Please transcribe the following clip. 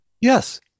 yes